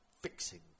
fixing